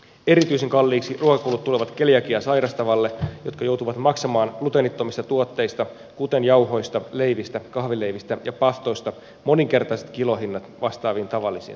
erityisen kalliiksi ruokakulut tulevat keliakiaa sairastaville jotka joutuvat maksamaan gluteenittomista tuotteista kuten jauhoista leivistä kahvileivistä ja pastoista moninkertaiset kilohinnat vastaaviin tavallisiin tuotteisiin verrattuna